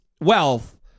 wealth